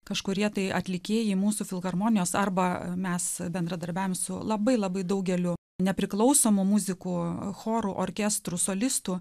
kažkurie tai atlikėjai mūsų filharmonijos arba mes bendradarbiavome su labai labai daugeliu nepriklausomų muzikos chorų orkestrų solistų